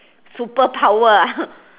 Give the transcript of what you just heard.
superpower ah